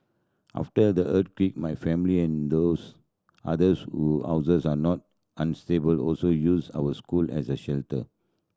after the earthquake my family and those others who houses are not unstable also used our school as a shelter